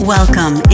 Welcome